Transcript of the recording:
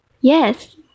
Yes